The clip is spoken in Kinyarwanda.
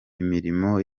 imirimo